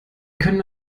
können